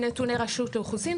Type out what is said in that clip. זה לפי נתוני רשות האוכלוסין.